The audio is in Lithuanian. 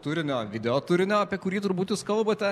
turinio video turinio apie kurį turbūt jūs kalbate